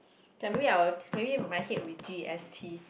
okay maybe I will maybe my hate will be g_s_t